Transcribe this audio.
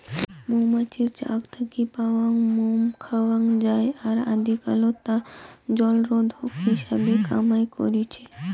মৌমাছির চাক থাকি পাওয়াং মোম খাওয়াং যাই আর আদিকালত তা জলরোধক হিসাবে কামাই করিচে